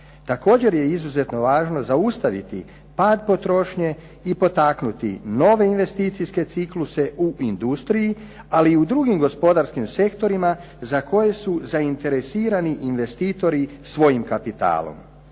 Također je izuzetno važno zaustaviti pad potrošnje i potaknuti nove investicijske cikluse u industriji, ali i u drugim gospodarskim sektorima za koje su zainteresirani investitori svojim kapitalom.